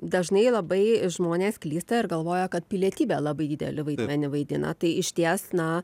dažnai labai žmonės klysta ir galvoja kad pilietybė labai didelį vaidmenį vaidina tai išties na